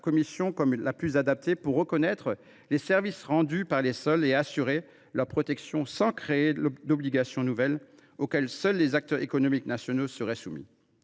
commission comme la plus adaptée pour reconnaître les services rendus par les sols et assurer leur protection sans créer d’obligations nouvelles, auxquelles seuls les acteurs économiques nationaux seraient soumis.